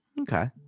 Okay